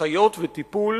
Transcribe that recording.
אחיות וטיפול